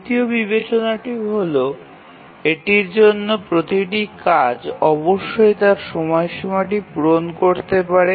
তৃতীয় বিবেচনাটি হল এটির জন্য প্রতিটি কাজ অবশ্যই তার সময়সীমাটি পূরণ করতে পারে